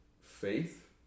faith